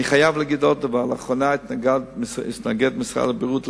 אני חייב לומר עוד דבר: לאחרונה התנגד משרד הבריאות,